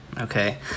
okay